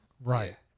Right